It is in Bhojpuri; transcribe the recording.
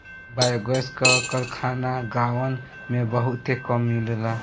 बायोगैस क कारखाना गांवन में बहुते कम मिलेला